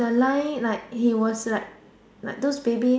the line like he was like like those baby like